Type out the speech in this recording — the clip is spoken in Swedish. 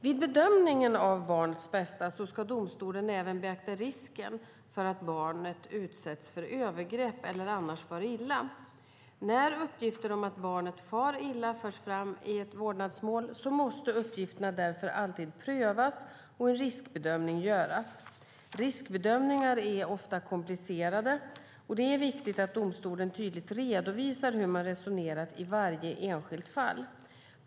Vid bedömningen av barnets bästa ska domstolen även beakta risken för att barnet utsätts för övergrepp eller annars far illa. När uppgifter om att barnet far illa förs fram i ett vårdnadsmål måste uppgifterna därför alltid prövas och en riskbedömning göras. Riskbedömningar är ofta komplicerade, och det är viktigt att domstolen tydligt redovisar hur man har resonerat i varje enskilt fall.